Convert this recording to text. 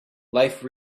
life